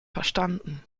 verstanden